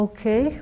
Okay